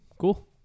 cool